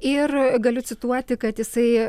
ir galiu cituoti kad jisai